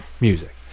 Music